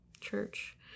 Church